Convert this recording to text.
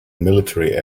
military